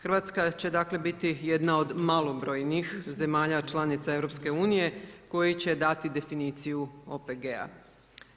Hrvatska će dakle biti jedna od malobrojnih zemalja članica EU koja će dati definiciju OPG-a.